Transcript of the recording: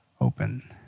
open